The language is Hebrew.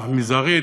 היא השפעה מזערית,